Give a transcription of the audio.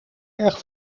erg